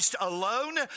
alone